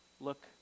look